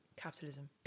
Capitalism